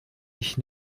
ich